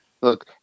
look